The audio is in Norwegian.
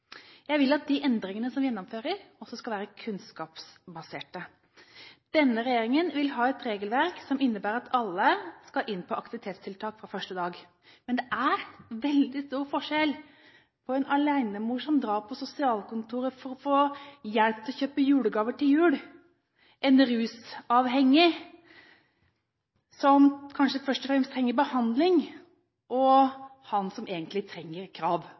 Jeg vil at de endringene som vi gjennomfører, også skal være kunnskapsbaserte. Denne regjeringen vil ikke ha et regelverk som innebærer at alle skal inn på aktivitetstiltak fra første dag. Det er veldig stor forskjell på en alenemor som går på sosialkontoret for å få hjelp til å kjøpe julegaver, en rusavhengig, som kanskje først og fremst trenger behandling, og han som egentlig trenger krav,